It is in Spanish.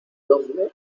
dónde